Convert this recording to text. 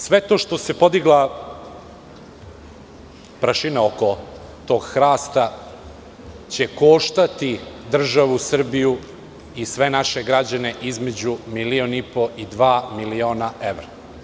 Sve to, što se podigla prašina oko tog hrasta, će koštati državu Srbiju i sve naše građane između milion i po i dva miliona evra.